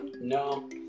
No